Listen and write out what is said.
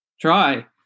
try